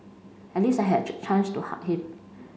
at least I had chance to hug him